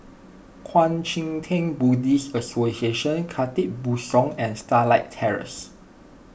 Kuang Chee Tng Buddhist Association Khatib Bongsu and Starlight Terrace